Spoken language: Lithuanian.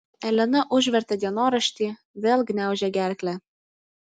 elena užvertė dienoraštį vėl gniaužė gerklę